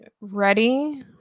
ready